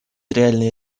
реальной